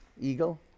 eagle